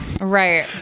Right